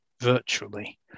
virtually